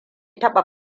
taɓa